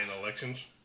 elections